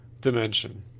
dimension